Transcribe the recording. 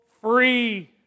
free